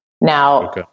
Now